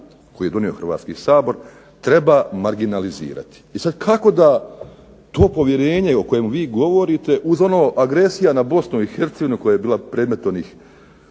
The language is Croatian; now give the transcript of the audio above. koju je donio Hrvatski sabor "treba marginalizirati". I sad kako da to povjerenje o kojem vi govorite uz ono agresija na Bosnu i Hercegovinu koja je bila predmet onih